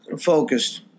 Focused